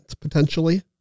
potentially